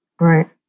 Right